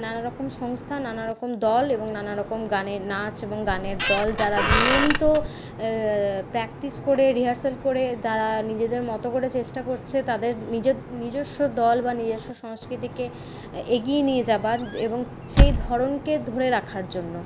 নানারকম সংস্থা নানারকম দল এবং নানারকম গানের নাচ এবং গানের দল যারা নিয়মিত প্র্যাক্টিস করে রিহার্সাল করে যারা নিজেদের মতো করে চেষ্টা করছে তাদের নিজের নিজস্ব দল বা নিজস্ব সংস্কৃতিকে এগিয়ে নিয়ে যাবার এবং সেই ধরণকে ধরে রাখার জন্য